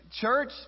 Church